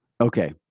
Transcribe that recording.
Okay